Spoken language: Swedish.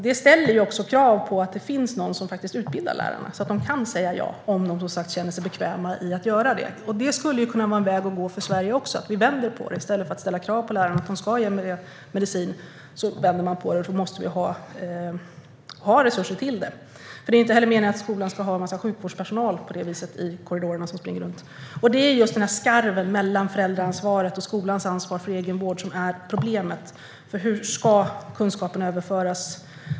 Det ställer också krav på att det finns någon som utbildar lärarna, så att de kan säga ja, om de känner sig bekväma med det. Det skulle kunna vara en väg för Sverige att gå, att vända på det. I stället för att ställa krav på lärarna att ge medicin vänder man på det. Men då måste vi ha resurser till det. Det är ju inte meningen att skolan ska ha sjukvårdspersonal som springer runt i korridorerna. Det är just skarven mellan föräldraansvaret och skolans ansvar för egenvård som är problemet. Hur ska kunskaperna överföras?